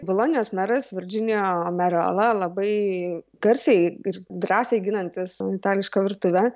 bolonijos meras virdžinijo merala labai garsiai ir drąsiai ginantis itališką virtuvę